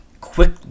Quick